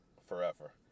forever